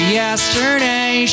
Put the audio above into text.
yesterday